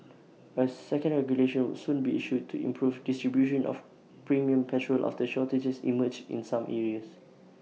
A second regulation would soon be issued to improve distribution of premium petrol after the shortages emerged in some areas